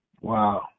Wow